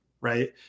right